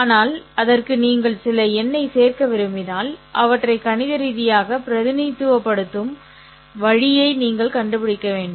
ஆனால் அதற்கு நீங்கள் சில எண்ணைச் சேர்க்க விரும்பினால் அவற்றை கணித ரீதியாக பிரதிநிதித்துவப்படுத்தும் வழியை நீங்கள் கண்டுபிடிக்க வேண்டும்